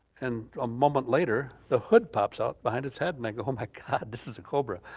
and a moment later the hood pops up behind its head and i go, oh my god this is a cobra,